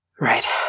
right